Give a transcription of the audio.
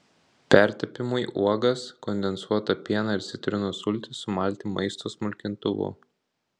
pertepimui uogas kondensuotą pieną ir citrinos sultis sumalti maisto smulkintuvu